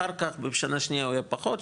אחר כך בשנה השנייה הוא יהיה פחות,